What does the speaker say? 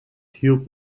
hield